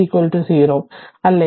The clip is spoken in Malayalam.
t 0 അല്ലേ